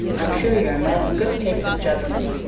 i'm sure you are a man of good taste and judgment.